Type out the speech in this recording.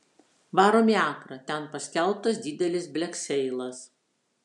varom į akrą ten paskelbtas didelis blekseilas